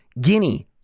Guinea